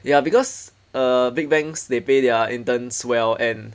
ya because err big banks they pay their interns well and